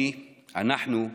אני, אנחנו,